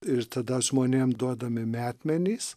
ir tada žmonėm duodami metmenys